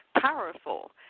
powerful